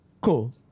cool